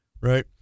right